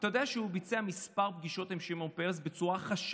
אתה יודע שהוא ביצע כמה פגישות עם שמעון פרס בצורה חשאית,